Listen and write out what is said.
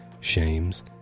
shames